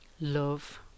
love